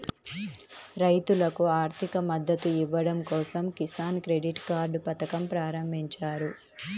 రైతులకు ఆర్థిక మద్దతు ఇవ్వడం కోసం కిసాన్ క్రెడిట్ కార్డ్ పథకం ప్రారంభించారు